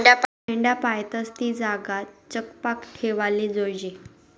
मेंढ्या पायतस ती जागा चकपाक ठेवाले जोयजे